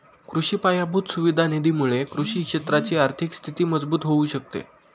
कृषि पायाभूत सुविधा निधी मुळे कृषि क्षेत्राची आर्थिक स्थिती मजबूत होऊ शकते